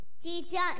Jesus